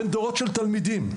בין דורות של תלמידים,